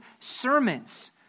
sermons